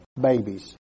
babies